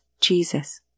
Jesus